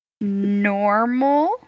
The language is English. normal